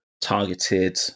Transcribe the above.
targeted